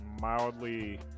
mildly